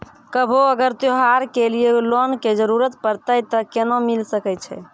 कभो अगर त्योहार के लिए लोन के जरूरत परतै तऽ केना मिल सकै छै?